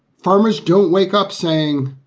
farmers don't wake up saying,